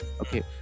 okay